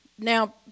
Now